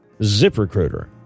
ZipRecruiter